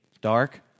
dark